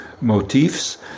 motifs